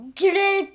drill